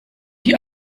die